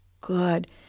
Good